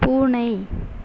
பூனை